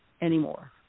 anymore